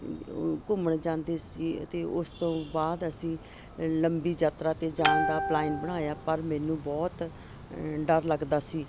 ਘੁੰਮਣ ਜਾਂਦੇ ਸੀ ਅਤੇ ਉਸ ਤੋਂ ਬਾਅਦ ਅਸੀਂ ਲੰਬੀ ਯਾਤਰਾ 'ਤੇ ਜਾਣ ਦਾ ਪਲਾਇਨ ਬਣਾਇਆ ਪਰ ਮੈਨੂੰ ਬਹੁਤ ਡਰ ਲੱਗਦਾ ਸੀ